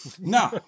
No